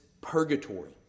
purgatory